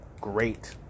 great